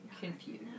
Confused